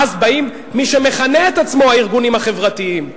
ואז בא מי שמכנה את עצמו "הארגונים החברתיים"